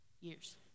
years